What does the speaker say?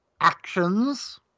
actions